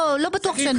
שגית,